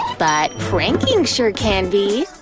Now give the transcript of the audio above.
but pranking sure can be!